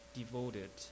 devoted